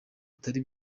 atari